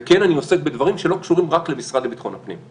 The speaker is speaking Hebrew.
וכן אני עוסק בדברים שלא קשורים רק למשרד לביטחון הפנים,